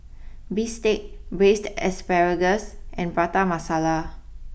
Bistake Braised Asparagus and Prata Masala